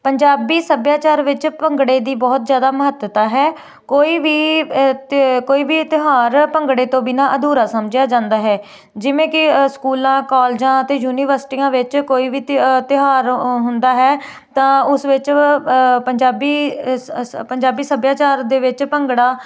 ਪੰਜਾਬੀ ਸੱਭਿਆਚਾਰ ਵਿੱਚ ਭੰਗੜੇ ਦੀ ਬਹੁਤ ਜ਼ਿਆਦਾ ਮਹੱਤਤਾ ਹੈ ਕੋਈ ਵੀ ਤ ਕੋਈ ਵੀ ਤਿਉਹਾਰ ਭੰਗੜੇ ਤੋਂ ਬਿਨਾਂ ਅਧੂਰਾ ਸਮਝਿਆ ਜਾਂਦਾ ਹੈ ਜਿਵੇਂ ਕਿ ਸਕੂਲਾਂ ਕਾਲਜਾਂ ਅਤੇ ਯੂਨੀਵਰਸਿਟੀਆਂ ਵਿੱਚ ਕੋਈ ਵੀ ਤੀ ਤਿਉਹਾਰ ਹੁੰਦਾ ਹੈ ਤਾਂ ਉਸ ਵਿੱਚ ਪੰਜਾਬੀ ਪੰਜਾਬੀ ਸੱਭਿਆਚਾਰ ਦੇ ਵਿੱਚ ਭੰਗੜਾ